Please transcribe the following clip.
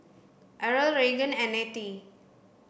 Irl Raegan and Nettie